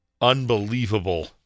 unbelievable